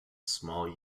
small